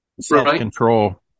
self-control